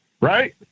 right